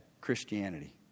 Christianity